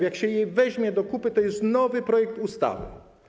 Jak się je weźmie do kupy, to będzie to nowy projekt ustawy.